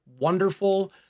wonderful